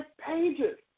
pages